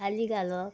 आलें घालप